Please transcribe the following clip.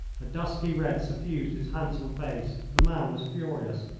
a dusky red suffused his handsome face. the man was furious.